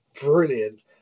brilliant